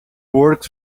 works